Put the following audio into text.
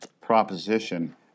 proposition